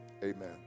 Amen